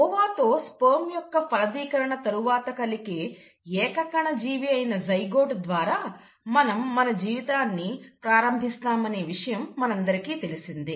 ova తో sperm యొక్క ఫలదీకరణ తరువాత కలిగే ఏకకణ జీవి అయిన జైగోట్ ద్వారా మనం మన జీవితాన్ని ప్రారంభిస్తామనే విషయం మనందరికీ తెలిసినదే